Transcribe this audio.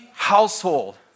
Household